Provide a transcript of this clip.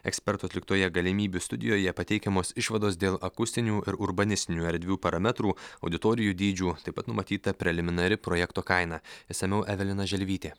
ekspertų atliktoje galimybių studijoje pateikiamos išvados dėl akustinių ir urbanistinių erdvių parametrų auditorijų dydžių taip pat numatyta preliminari projekto kaina išsamiau evelina želvytė